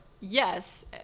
Yes